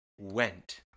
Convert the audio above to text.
went